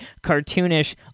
cartoonish